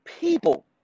people